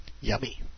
Yummy